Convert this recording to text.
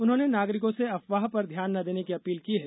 उन्होंने नागरिकों से अफवाह पर ध्यान न देने की अपील की है